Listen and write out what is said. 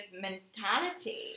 mentality